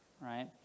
Right